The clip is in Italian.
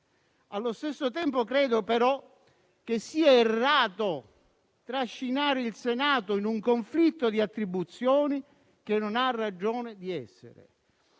Allo stesso tempo, però, credo che sia errato trascinare il Senato in un conflitto di attribuzioni che non ha ragione di essere.